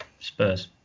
Spurs